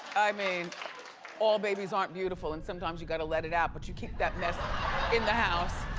i mean all babies aren't beautiful and sometimes you gotta let it out, but you keep that mess in the house.